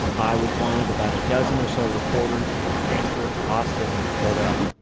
i was one of about dozen or so reporters from new hampshire and boston who showed up.